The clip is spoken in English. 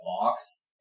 box